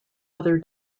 other